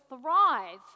thrive